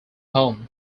home